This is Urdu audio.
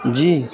جی